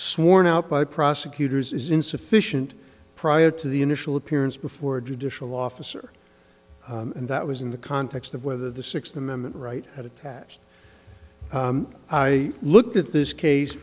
sworn out by prosecutors is insufficient prior to the initial appearance before a judicial officer and that was in the context of whether the sixth amendment right had it i looked at this case